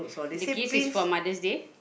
the gift is for Mother's-Day